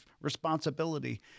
responsibility